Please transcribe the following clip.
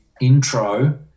intro